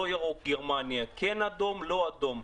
לא ירוק גרמניה, כן אדום, לא אדום.